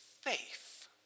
faith